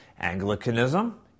Anglicanism